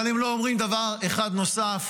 אבל הם לא אומרים דבר אחד נוסף,